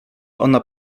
ona